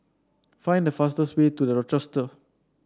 find the fastest way to The Rochester